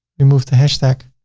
remove the hashtag.